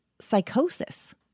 psychosis